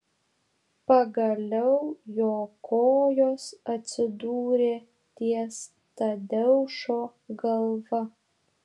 pagaliau jo kojos atsidūrė ties tadeušo galva